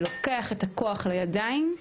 ולוקח את הכוח לידיים,